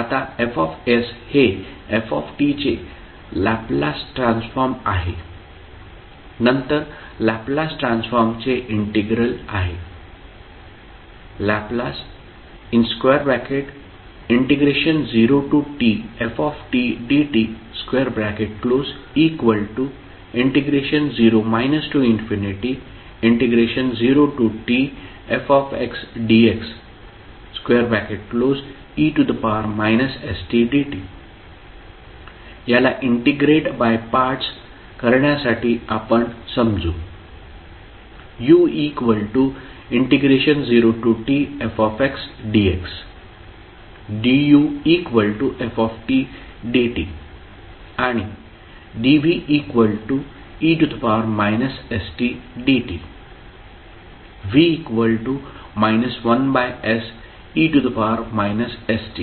आता F हे f चे लॅपलास ट्रान्सफॉर्म आहे नंतर लॅपलास ट्रान्सफॉर्मचे इंटिग्रल आहे L0tftdt0 0tfxdxe stdt याला इंटिग्रेट बाय पार्ट्स करण्यासाठी आपण समजू u0tfxdxduftdt आणि dve stdtv 1se st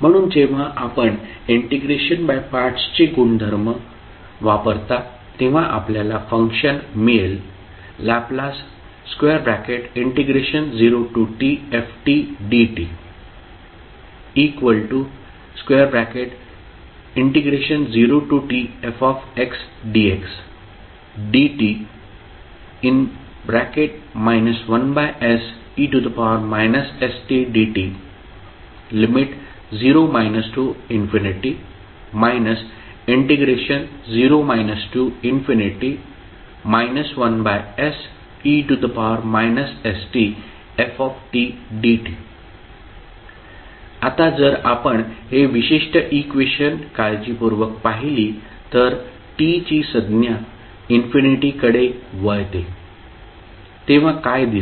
म्हणून जेव्हा आपण इंटिग्रेशन बाय पार्टस् चे गुणधर्म वापरता तेव्हा आपल्याला फंक्शन मिळेल L0tftdt0tfxdxdt 1se stdt।0 0 1se stftdt आता जर आपण हे विशिष्ट इक्वेशन काळजीपूर्वक पाहिली तर t संज्ञा इन्फिनिटीकडे वळते तेव्हा काय दिसेल